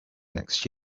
next